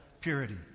purity